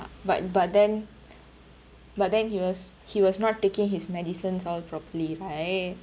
but but then but then he was he was not taking his medicines all properly right